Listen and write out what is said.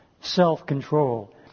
self-control